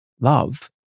love